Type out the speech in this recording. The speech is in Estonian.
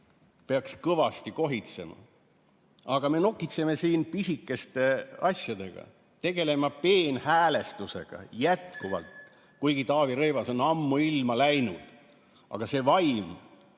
Peaks kõvasti kohitsema. Aga me nokitseme siin pisikeste asjadega, tegeleme peenhäälestusega jätkuvalt, kuigi Taavi Rõivas on ammuilma läinud. Aga see vaim,